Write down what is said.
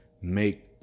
make